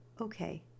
okay